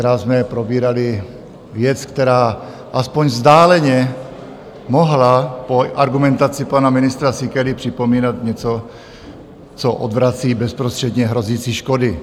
A tenkrát jsme probírali věc, která aspoň vzdáleně mohla po argumentaci pana ministra Síkely připomínat něco, co odvrací bezprostředně hrozící škody.